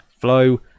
flow